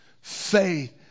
Faith